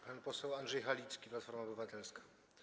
Pan poseł Andrzej Halicki, Platforma Obywatelska.